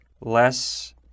less